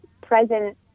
present